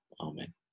amen